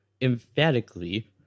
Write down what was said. emphatically